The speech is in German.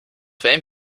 wenn